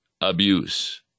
abuse